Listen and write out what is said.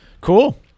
Cool